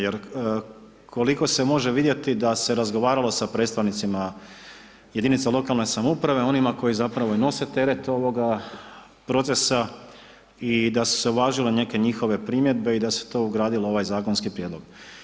Jer koliko se može vidjeti da se razgovaralo sa predstavnicima jedinica lokalne samouprave onima koji zapravo i nose teret ovoga procesa i da su se uvažile neke njihove primjedbe i da se to ugradilo u ovaj zakonski prijedlog.